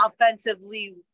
offensively